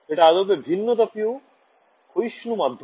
এটা আদপে ভিন্নতাপীয় ক্ষয়িষ্ণু মাধ্যম